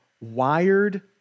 wired